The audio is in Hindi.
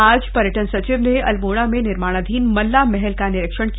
आज पर्यटन सचिव ने अल्मोड़ा में निर्माणाधीन मल्ला महल का निरीक्षण किया